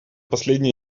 последнее